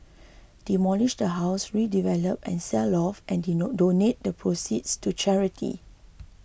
demolish the house redevelop and sell off and donate the proceeds to charity